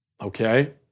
Okay